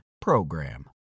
PROGRAM